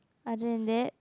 other than that